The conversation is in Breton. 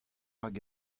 hag